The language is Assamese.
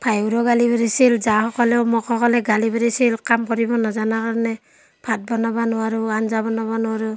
ভায়েৰেও গালি পাৰিছিল জাসকলেও মোক সকলোৱে গালি পাৰিছিল কাম কৰিব নজানা কাৰণে ভাত বনাব নোৱাৰোঁ আঞ্জা বানাব নোৱাৰোঁ